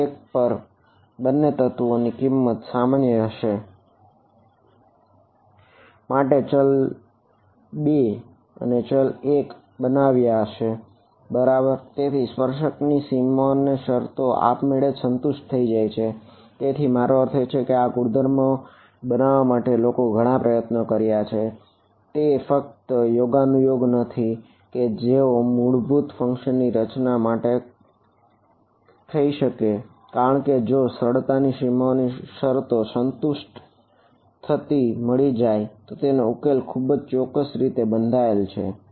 node ની રચના માટે થઈ કારણ કે જો તમને સરળતાથી સીમાઓની શરતો સંતુષ્ટ થતી મળી જાય તો તેનો ઉકેલ એ ખુબજ ચોક્કસ રીતે બંધાયેલ છે